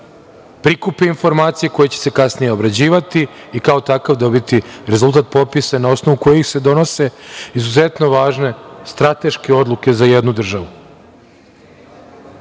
prikupe informacije koje će se kasnije obrađivati i kao takav dobiti rezultat popisa, a na osnovu kojih se donose izuzetno važne strateške odluke za jednu